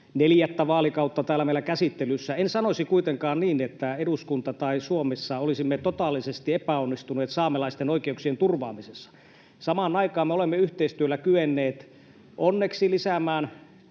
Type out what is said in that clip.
neljättä vaalikautta täällä meillä käsittelyssä, en sanoisi kuitenkaan niin, että eduskunta olisi tai Suomessa olisimme totaalisesti epäonnistuneet saamelaisten oikeuksien turvaamisessa. Samaan aikaan me olemme yhteistyöllä kyenneet onneksi lisäämään